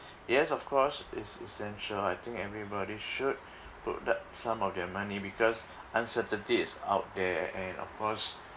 yes of course its essential I think everybody should put that some of their money because uncertainty is out there and of course